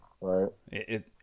Right